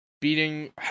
beating